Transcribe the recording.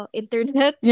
internet